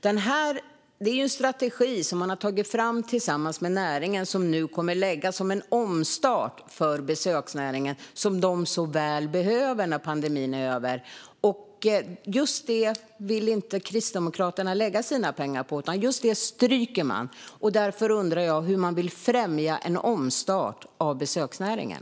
Det här är ju en strategi som man har tagit fram tillsammans med näringen som nu kommer att läggas som en omstart för besöksnäringen som de så väl behöver när pandemin är över. Just det vill inte Kristdemokraterna lägga sina pengar på, utan just det stryker man. Därför undrar jag hur man vill främja en omstart av besöksnäringen.